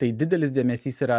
tai didelis dėmesys yra